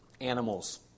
animals